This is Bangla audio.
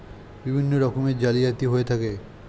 বিভিন্ন রকমের জালিয়াতি হয়ে থাকে